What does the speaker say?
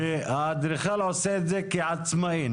והאדריכל עושה את זה כעצמאי,